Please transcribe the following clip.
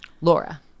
Laura